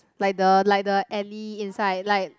like the like the alley inside like